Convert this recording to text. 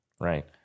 Right